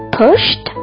pushed